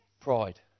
Pride